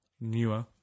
Newer